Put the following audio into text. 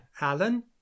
alan